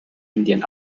indian